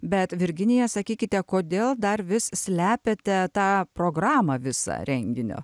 bet virginija sakykite kodėl dar vis slepiate tą programą visą renginio